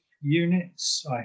units